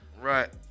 Right